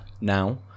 now